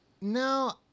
No